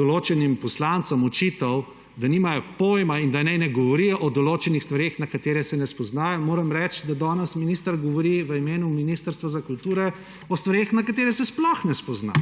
določenim poslancem očital, da nimajo pojma in da naj ne govorijo o določenih stvareh, na katere se ne spoznajo, moram reči, da danes minister govori v imenu Ministrstva za kulturo o stvareh, na katere se sploh ne spozna.